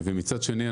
מצד שני,